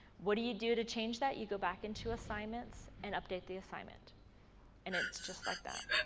what do you do to change that? you go back into assignments and update the assignment and it's just like that.